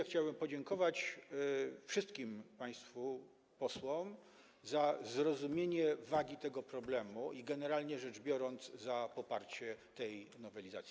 Chciałbym podziękować wszystkim państwu posłom za zrozumienie wagi tego problemu i generalnie rzecz biorąc, za poparcie tej nowelizacji.